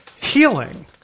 healing